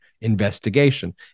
investigation